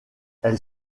elle